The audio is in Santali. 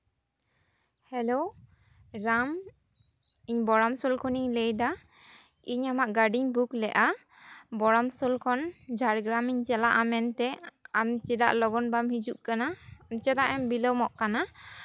ᱦᱮᱞᱳ ᱨᱟᱢ ᱤᱧ ᱵᱚᱲᱟᱢᱥᱳᱞ ᱠᱷᱚᱱᱤᱧ ᱞᱟᱹᱭᱫᱟ ᱤᱧ ᱟᱢᱟᱜ ᱜᱟᱹᱰᱤᱧ ᱵᱩᱠ ᱞᱮᱫᱟ ᱵᱚᱲᱟᱢᱥᱳᱞ ᱠᱷᱚᱱ ᱡᱷᱟᱲᱜᱨᱟᱢᱤᱧ ᱪᱟᱞᱟᱜᱼᱟ ᱢᱮᱱᱛᱮ ᱟᱢ ᱪᱮᱫᱟᱜ ᱞᱚᱜᱚᱱ ᱵᱟᱢ ᱦᱤᱡᱩᱜ ᱠᱟᱱᱟ ᱪᱮᱫᱟᱜ ᱮᱢ ᱵᱤᱞᱚᱢᱚᱜ ᱠᱟᱱᱟ